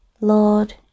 Lord